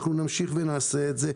אנחנו נמשיך ונעשה את זה,